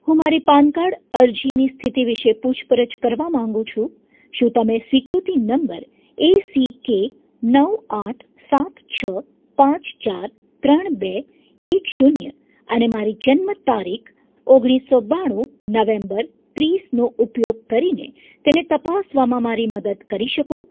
હું મારી PAN card અરજી વિશેની પૂછપરછ કરવા માંગુ છું શું તમે સ્વીકૃતિ નંબર એસિકે નવ આઠ સાત છ પાંચ ચાર ત્રણ બે એક શૂન્ય અને મારી જન્મ તારીખ ઓગણીસો બાણું નવેમ્બર ત્રીસનો ઉપયોગ કરીને તેને તપાસવામાં મારી મદદ કરી શકો